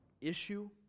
issue